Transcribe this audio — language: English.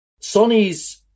Sony's